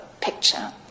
picture